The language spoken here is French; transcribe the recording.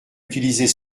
utiliser